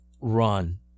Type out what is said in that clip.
run